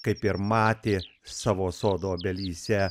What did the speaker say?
kaip ir matė savo sodo obelyse